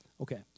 Okay